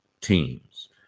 teams